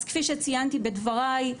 אז כפי שציינתי בדבריי,